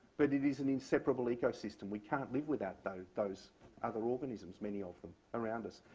but it is an inseparable ecosystem. we can't leave without those those other organisms, many of them, around us.